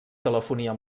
telefonia